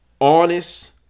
Honest